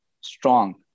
strong